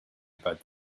about